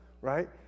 right